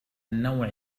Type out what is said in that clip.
النوع